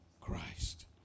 Christ